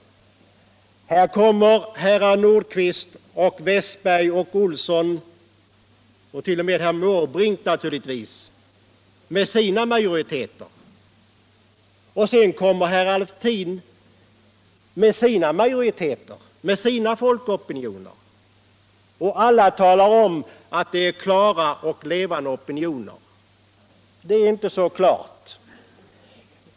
Här kommer herrar Nordgren, Westberg och Olsson och t.o.m. herr Måbrink naturligtvis med sina majoriteter, och sedan kommer herr Alftin med sina majoriteter, med sina folkopinioner. Alla talar om att det är klara och levande opinioner. Det är inte så klart.